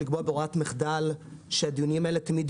לקבוע בהוראת מחדל שהדיונים האלה תמיד